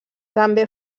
també